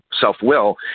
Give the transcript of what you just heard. self-will